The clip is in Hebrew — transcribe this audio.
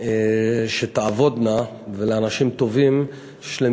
שתעבודנה ולאנשים טובים שיש להם